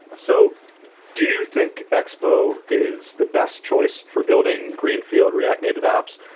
so do you think expo is the best choice for building greenfield react native apps,